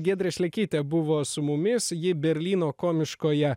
giedrė šlekytė buvo su mumis ji berlyno komiškoje